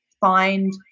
find